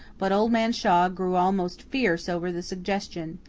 but old man shaw grew almost fierce over the suggestion.